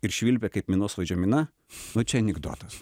ir švilpė kaip minosvaidžio mina nu čia anekdotas